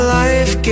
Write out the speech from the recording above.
life